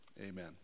amen